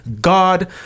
God